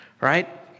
right